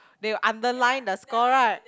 that you underline the score right